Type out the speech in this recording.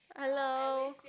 hello